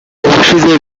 ubushize